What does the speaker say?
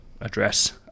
address